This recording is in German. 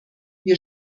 wir